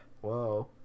Whoa